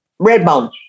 Redbone